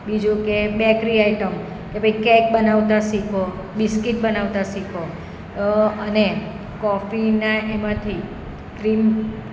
બીજું કે bakery item કે ભાઈ કેક બનાવતા શીખો બિસ્કિટ બનાવતા શીખો અને કોફીના એમાંથી ક્રીમ